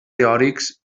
teòrics